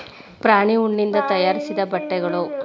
ಪ್ರಾಣಿ ಉಣ್ಣಿಯಿಂದ ತಯಾರಿಸಿದ ಬಟ್ಟೆಗಳು